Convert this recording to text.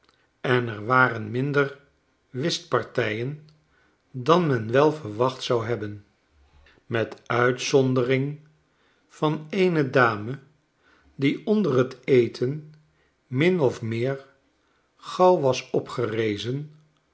en er waren minder whistpartijen dan men wel verwacht zou hebben met uitzondering van eene dame die onder t eten min of meer gauw was opgerezen